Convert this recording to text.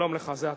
שלום לך, זה אתה.